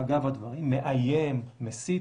אגב הדברים, מאיים, מסית,